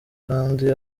kandi